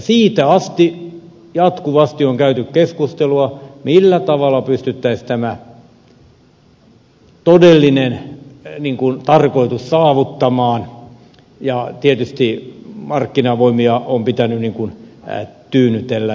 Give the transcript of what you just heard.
siitä asti jatkuvasti on käyty keskustelua siitä millä tavalla pystyttäisiin tämä todellinen tarkoitus saavuttamaan ja tietysti markkinavoimia on pitänyt tyynnytellä